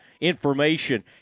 information